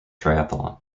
triathlon